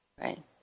right